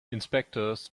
inspectors